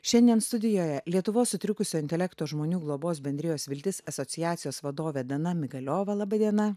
šiandien studijoje lietuvos sutrikusio intelekto žmonių globos bendrijos viltis asociacijos vadovė dana migaliova laba diena